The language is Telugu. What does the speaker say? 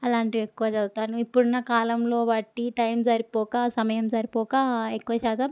అలాంటివి ఎక్కువ చదువుతాను ఇప్పుడున్న కాలంలో బట్టి టైం సరిపోక సమయం సరిపోక ఎక్కువ శాతం